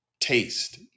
Taste